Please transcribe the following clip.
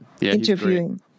interviewing